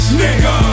nigga